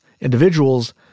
Individuals